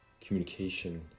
communication